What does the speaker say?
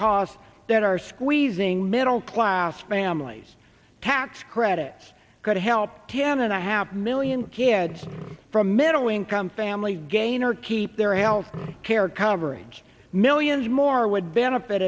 costs that are squeezing middle class families tax credits could help dan and i have million kids from middle income families gain or keep their health care coverage millions more would benefit